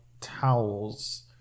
towels